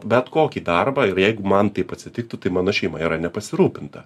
bet kokį darbą ir jeigu man taip atsitiktų tai mano šeima yra nepasirūpinta